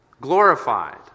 glorified